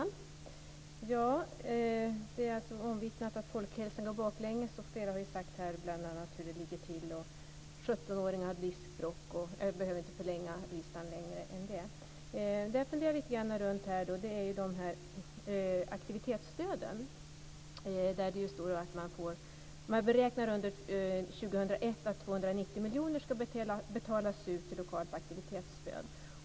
Fru talman! Det är omvittnat att folkhälsan går baklänges. Flera talare har sagt hur det ligger till, att 17-åringar har diskbråck. Jag behöver inte göra en lång lista. Det jag funderat lite runt är aktivitetsstöden. Det står att man under 2001 beräknar att 290 miljoner ska betalas ut i lokalt aktivitetsstöd.